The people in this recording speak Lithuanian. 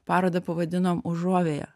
parodą pavadinom užuovėja